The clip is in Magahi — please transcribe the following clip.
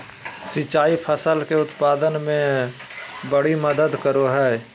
सिंचाई फसल के उत्पाद में बड़ी मदद करो हइ